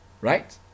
right